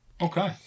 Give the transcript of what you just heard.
Okay